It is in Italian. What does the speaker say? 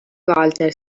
walter